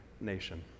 nation